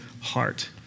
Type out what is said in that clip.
heart